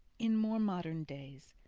in more modern days,